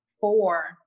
four